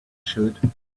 should